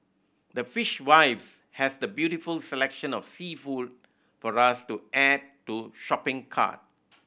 the Fishwives has the beautiful selection of seafood for us to add to shopping cart